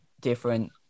Different